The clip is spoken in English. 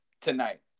tonight